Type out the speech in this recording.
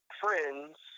Friends